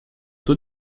two